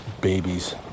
babies